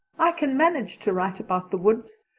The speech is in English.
i can manage to write about the woods,